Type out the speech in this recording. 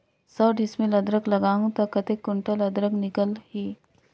सौ डिसमिल अदरक लगाहूं ता कतेक कुंटल अदरक निकल ही?